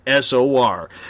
SOR